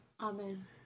Amen